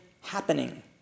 happening